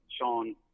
sean